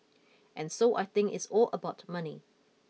and so I think it's all about money